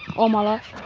all my life.